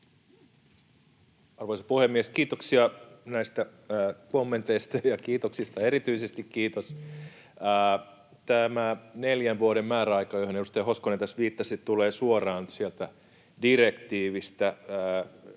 Arvoisa puhemies! Kiitoksia näistä kommenteista, ja kiitoksista erityisesti kiitos. — Tämä neljän vuoden määräaika, johon edustaja Hoskonen tässä viittasi, tulee suoraan sieltä direktiivistä.